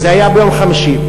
זה היה ביום חמישי,